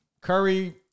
Curry